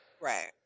Right